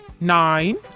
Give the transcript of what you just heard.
nine